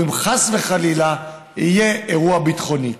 או אם חס וחלילה יהיה אירוע ביטחוני.